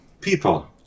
people